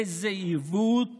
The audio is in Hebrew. איזה עיוות